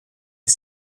est